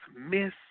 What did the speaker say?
miss